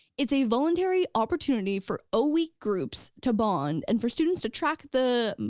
it's a voluntary opportunity for o-week group so to bond and for students to track the,